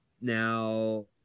Now